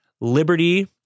liberty